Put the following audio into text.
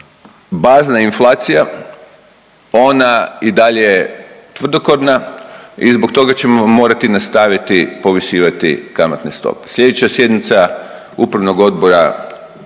bazna inflacija, ona i dalje tvrdokorna i zbog toga ćemo morati povisivati kamatne stope. Sljedeća sjednica upravnog odbora